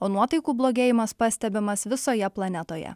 o nuotaikų blogėjimas pastebimas visoje planetoje